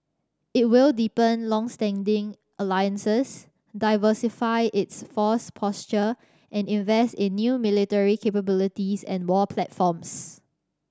it will deepen longstanding alliances diversify its force posture and invest in new military capabilities and war platforms